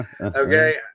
Okay